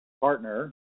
partner